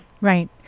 Right